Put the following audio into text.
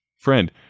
Friend